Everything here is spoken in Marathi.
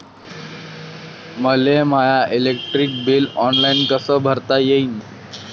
मले माय इलेक्ट्रिक बिल ऑनलाईन कस भरता येईन?